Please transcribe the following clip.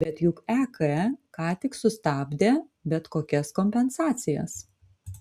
bet juk ek ką tik sustabdė bet kokias kompensacijas